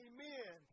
Amen